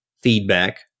feedback